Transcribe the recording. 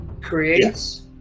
creates